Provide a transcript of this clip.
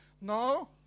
No